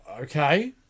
Okay